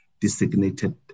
designated